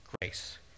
grace